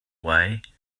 way